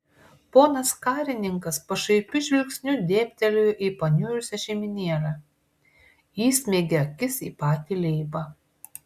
ponas karininkas pašaipiu žvilgsniu dėbtelėjo į paniurusią šeimynėlę įsmeigė akis į patį leibą